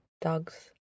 dogs